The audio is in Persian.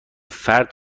فرد